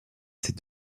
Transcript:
ses